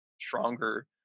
stronger